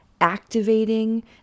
activating